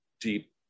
deep